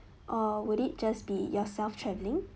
or would it just be yourself travelling